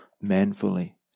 manfully